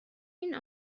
این